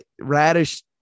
Radish